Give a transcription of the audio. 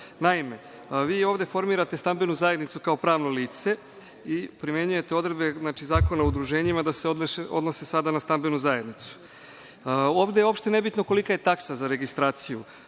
vi ovde formirate stambenu zajednicu kao pravno lice i primenjujete odredbe Zakona o udruženjima da se odnosi sada na stambenu zajednicu. Ovde je uopšte nebitno kolika je taksa za registraciju